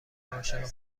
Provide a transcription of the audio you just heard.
عاشق